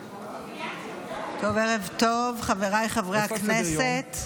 ערב טוב, חבריי חברי הכנסת.